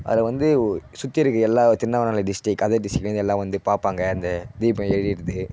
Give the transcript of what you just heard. அதில் வந்து சுற்றி இருக்கிற எல்லா திருவண்ணாமலை டிஸ்ட்ரிக் அதர் டிஸ்ட்ரிக்ல இருந்து எல்லா வந்து பார்ப்பாங்க இந்த தீபம் எரிகிறது